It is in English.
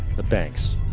the banks.